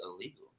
illegal